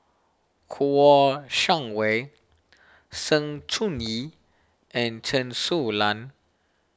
Kouo Shang Wei Sng Choon Yee and Chen Su Lan